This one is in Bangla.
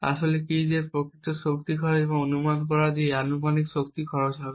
আসল কী দিয়ে প্রকৃত শক্তি খরচ এবং অনুমান করা কী দিয়ে অনুমানিক শক্তি খরচ হবে